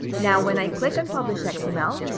now when i click on publish xml,